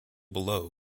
below